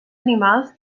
animals